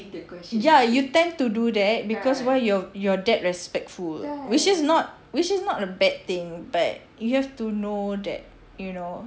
ya you tend to do that because why you are that respectful which is not which is not a bad thing but you have to know that you know